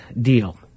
deal